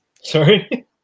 Sorry